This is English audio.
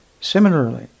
Similarly